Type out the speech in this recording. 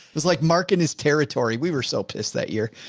it was like mark in his territory. we were so pissed that year.